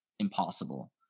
impossible